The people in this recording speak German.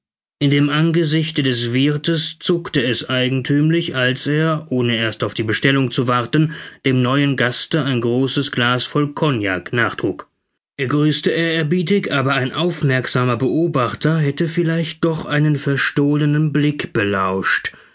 in dem angesichte des wirthes zuckte es eigenthümlich als er ohne erst auf die bestellung zu warten dem neuen gaste ein großes glas voll cognac nachtrug er grüßte ehrerbietig aber ein aufmerksamer beobachter hätte vielleicht doch einen verstohlenen blick belauscht